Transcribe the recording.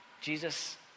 Jesus